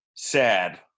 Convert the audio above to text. Sad